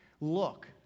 look